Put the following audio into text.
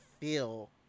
feel